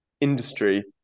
industry